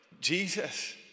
Jesus